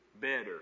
better